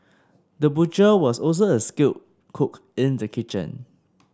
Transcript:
the butcher was also a skilled cook in the kitchen